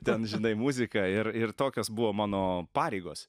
ten žinai muziką ir ir tokios buvo mano pareigos